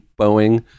Boeing